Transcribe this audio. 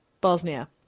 Bosnia